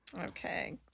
Okay